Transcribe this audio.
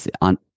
on